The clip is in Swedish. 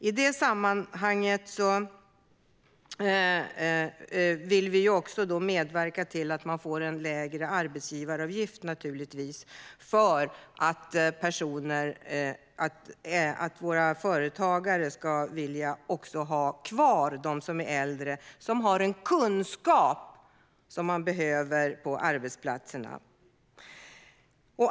I det sammanhanget vill vi medverka till en lägre arbetsgivaravgift så att företagarna vill ha kvar de äldre. De har kunskaper som behövs på arbetsplatserna.